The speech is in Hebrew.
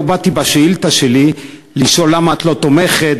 לא באתי בשאילתה שלי לשאול למה את לא תומכת,